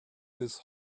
his